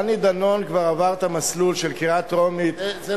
דני דנון כבר עבר את המסלול של קריאה טרומית -- זה